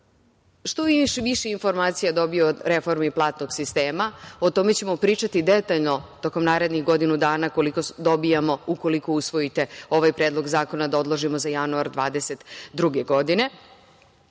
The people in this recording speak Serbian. što više informacija dobiju o reformi platnog sistema. O tome ćemo pričati detaljno tokom narednih godinu dana, koliko dobijamo ukoliko usvojite ovaj predlog zakona, da odložimo za januar 2022. godine. Ti